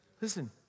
Listen